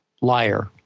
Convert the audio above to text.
liar